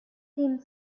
seemed